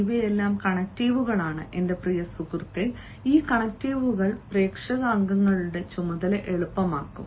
ഇവയെല്ലാം കണക്റ്റീവുകളാണ് എന്റെ പ്രിയ സുഹൃത്തേ ഈ കണക്റ്റീവുകൾ പ്രേക്ഷക അംഗങ്ങളുടെ ചുമതല എളുപ്പമാക്കും